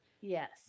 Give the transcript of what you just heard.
Yes